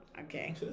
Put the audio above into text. okay